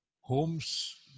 homes